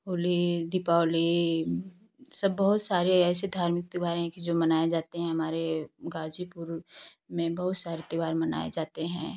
होली दीपावली सब बहुत सारे ऐसे धार्मिक त्योहार हैं कि जो मनाए जाते हैं हमारे गाजीपुर में बहुत सारे त्योहार मनाए जाते हैं